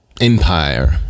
empire